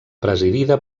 presidida